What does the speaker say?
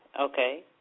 Okay